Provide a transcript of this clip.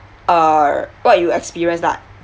err what you experienced right